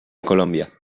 colombia